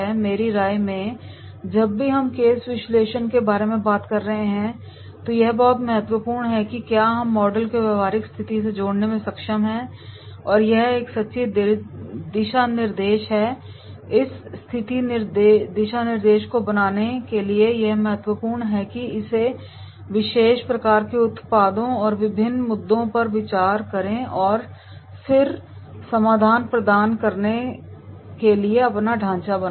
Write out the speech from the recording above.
मेरी राय में जब भी हम केस विश्लेषण के बारे में बात कर रहे हैं तो यह बहुत महत्वपूर्ण है कि क्या हम मॉडल को व्यावहारिक स्थिति से जोड़ने में सक्षम हैं और यह एक सच्ची दिशानिर्देश है इस सही दिशानिर्देश को बनाने के लिए यह महत्वपूर्ण है कि हम इस विशेष प्रकार के उत्पादों और विभिन्न मुद्दों पर विचार करे और फिर हम समाधान प्रदान करने के लिए अपना ढांचा बनाए